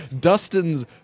dustin's